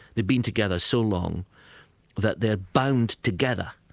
they've been together so long that they're bound together,